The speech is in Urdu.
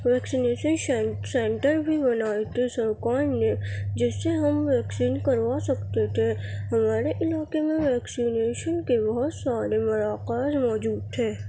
ویکسینیشن سینٹر بھی بنائے تھے سرکار نے جس سے ہم ویکسین کروا سکتے تھے ہمارے علاقے میں ویکسینیشن کے بہت سارے مراکز موجود تھے